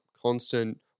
constant